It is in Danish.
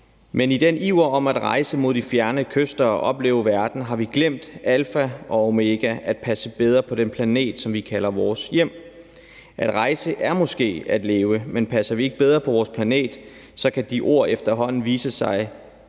Men i den iver for at rejse mod de fjerne kyster og opleve verden har vi glemt, hvad der er alfa og omega, altså at passe bedre på den planet, som vi kalder vores hjem. At rejse er måske at leve, men passer vi ikke bedre på vores planet, kan de ord efterhånden vise sig ikke